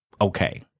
okay